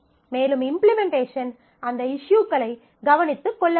மேலும் இம்ப்ளிமென்டேஷன் அந்த இஸ்யூக்களை கவனித்துக்கொள்ள வேண்டும்